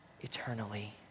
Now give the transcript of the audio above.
eternally